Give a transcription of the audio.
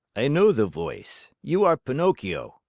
i know the voice. you are pinocchio.